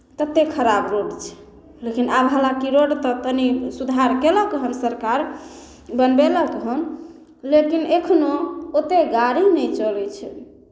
ततेक खराब रोड छै लेकिन आब हाँलाकि रोड तऽ तनि सुधार कयलक हन सरकार बनबेलक हन लेकिन एखनहु ओतेक गाड़ी नहि चलै छै